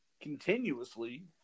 continuously